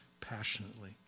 passionately